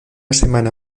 semana